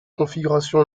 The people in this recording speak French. configuration